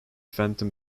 phantom